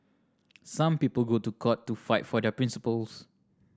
some people go to court to fight for their principles